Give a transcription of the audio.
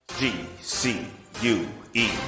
G-C-U-E